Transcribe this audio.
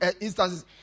instances